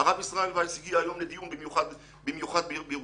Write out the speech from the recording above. הרב ישראל וייס הגיע היום לדיון במיוחד בירושלים.